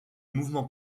mouvement